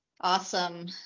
Awesome